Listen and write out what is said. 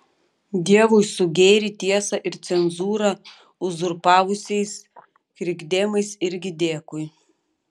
dievui su gėrį tiesą ir cenzūrą uzurpavusiais krikdemais irgi dėkui